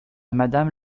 madame